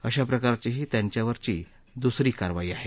अशाप्रकारची ही त्यांच्यावरील दुसरी कारवाई आहे